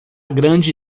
grande